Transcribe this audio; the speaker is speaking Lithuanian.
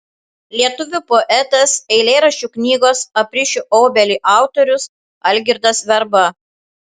lietuvių poetas eilėraščių knygos aprišiu obelį autorius algirdas verba